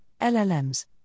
LLMs